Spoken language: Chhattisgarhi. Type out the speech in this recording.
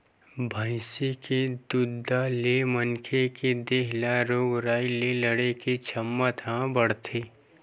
भइसी के दूद ले मनखे के देहे ल रोग राई ले लड़े के छमता ह बाड़थे